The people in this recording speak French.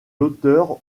l’auteur